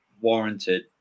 warranted